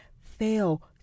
fail